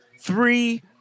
three